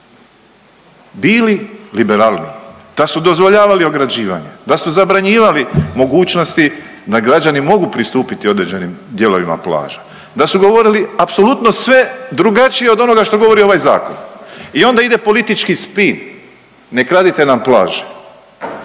bili liberalniji, da su dozvoljavali ograđivanje, da su zabranjivali mogućnosti da građani mogu pristupiti određenim dijelovima plaža, da su govorili apsolutno sve drugačije od onoga što govori ovaj zakon. I onda ide politički spin ne kradite nam plaže.